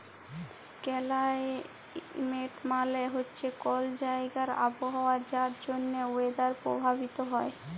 climate মালে হছে কল জাইগার আবহাওয়া যার জ্যনহে ওয়েদার পরভাবিত হ্যয়